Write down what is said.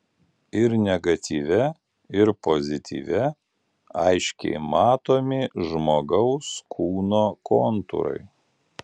ir negatyve ir pozityve aiškiai matomi žmogaus kūno kontūrai